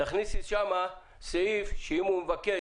תכניסי שם סעיף שאם הוא מבקש,